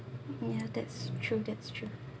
ya that's true that's true